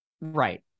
Right